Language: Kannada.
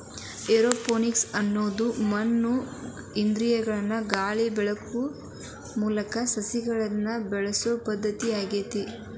ಏರೋಪೋನಿಕ್ಸ ಅನ್ನೋದು ಮಣ್ಣು ಇಲ್ಲಾಂದ್ರನು ಗಾಳಿ ಬೆಳಕು ಮೂಲಕ ಸಸಿಗಳನ್ನ ಬೆಳಿಸೋ ಪದ್ಧತಿ ಆಗೇತಿ